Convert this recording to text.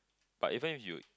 but even you